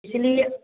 यह लिए